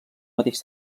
mateix